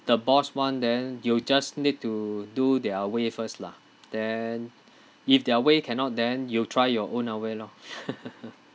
the boss want then you just need to do their way first lah then if their way cannot then you try your own uh way lor